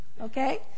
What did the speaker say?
Okay